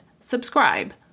Subscribe